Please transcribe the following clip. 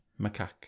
macaque